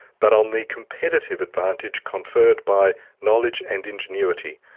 but on the competitive advantage conferred by knowledge and ingenuity.